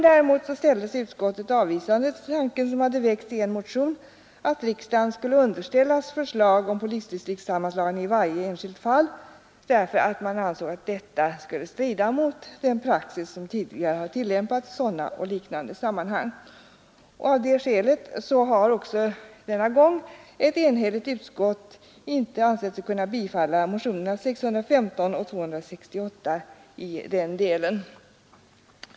Däremot ställde sig utskottet avvisande till tanken, som hade framförts i en motion, att riksdagen i varje särskilt fall skulle underställas förslag om polisdistriktssammanslagning, eftersom utskottet ansåg att detta skulle strida mot den praxis som tidigare tillämpats i sådana och liknande sammanhang. Av det skälet har också denna gång ett enigt utskott inte ansett sig kunna bifalla motionerna 615 och 268 i denna del.